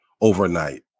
overnight